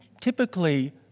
typically